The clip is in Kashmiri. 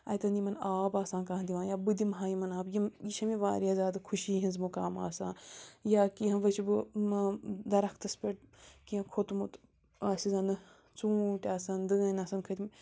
اَتٮ۪ن یِمَن آب آسان کانٛہہ دِوان یا بہٕ دِمہٕ ہا یِمَن آب یِم یہِ چھےٚ مےٚ واریاہ زیادٕ خوشی ہِنٛز مُقام آسان یا کیٚنٛہہ وٕچھٕ بہٕ دَرختَس پٮ۪ٹھ کیٚنٛہہ کھوٚتمُت آسہِ زَنہٕ ژوٗنٛٹھۍ آسَن دٲنۍ آسَن کھٔتۍمٕتۍ